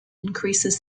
increases